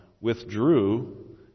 withdrew